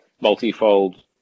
multi-fold